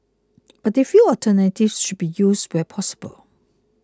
but they feel alternatives should be used where possible